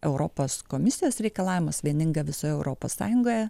europos komisijos reikalavimus vieninga visoje europos sąjungoje